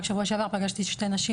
רק שבוע שעבר פגשתי שתי נשים,